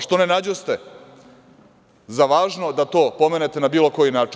Što ne nađoste za važno da to pomenete na bilo koji način?